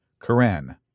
Quran